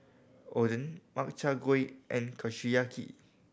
Oden Makchang Gui and Kushiyaki